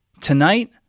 tonight